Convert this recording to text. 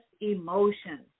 emotions